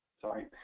Sorry